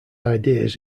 ideas